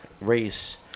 race